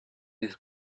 his